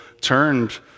turned